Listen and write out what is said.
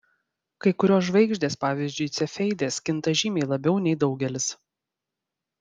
kai kurios žvaigždės pavyzdžiui cefeidės kinta žymiai labiau nei daugelis